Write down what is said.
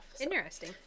Interesting